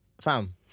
fam